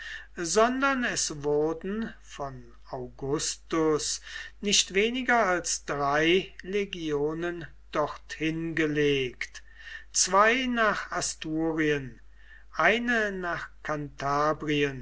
sondern es wurden von augustus nicht weniger als drei legionen dorthin gelegt zwei nach asturien eine nach